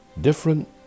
different